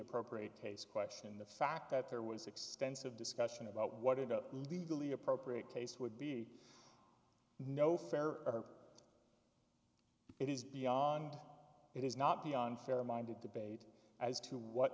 appropriate taste question in the fact that there was extensive discussion about what a legally appropriate case would be no fairer it is beyond it is not beyond fair minded debate as to what